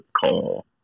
call